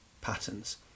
patterns